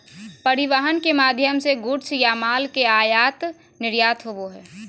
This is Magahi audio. परिवहन के माध्यम से गुड्स या माल के आयात निर्यात होबो हय